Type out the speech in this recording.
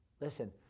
Listen